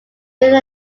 during